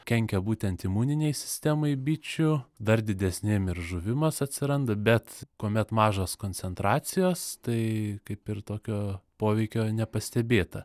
kenkia būtent imuninei sistemai bičių dar didesnėm ir žuvimas atsiranda bet kuomet mažos koncentracijos tai kaip ir tokio poveikio nepastebėta